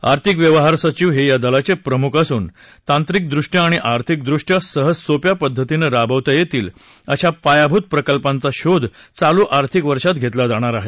आर्थिक व्यवहार सचिव हे या दलाचे प्रमुख असून तांत्रिकदृष्ट्या आणि आर्थिकदृष्ट्या सहजसोप्या पद्धतीनं राबवता येतील अशा पायाभूत प्रकल्पांचा शोध चालू आर्थिक वर्षात घेतला जाणार आहे